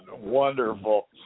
wonderful